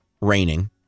raining